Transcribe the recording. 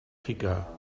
ficar